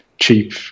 cheap